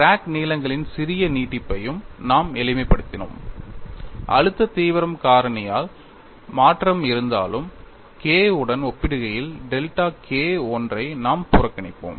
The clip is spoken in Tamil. கிராக் நீளங்களின் சிறிய நீட்டிப்பையும் நாம் எளிமைப்படுத்தினோம் அழுத்த தீவிரம் காரணியில் மாற்றம் இருந்தாலும் K உடன் ஒப்பிடுகையில் டெல்டா K 1 ஐ நாம் புறக்கணிப்போம்